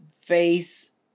face